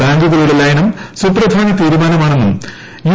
ബാങ്കുകളുടെ ലയനം സുപ്രധാന തീരുമാനമാണെന്നും യു